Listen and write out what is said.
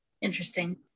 interesting